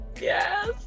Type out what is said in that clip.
yes